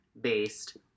based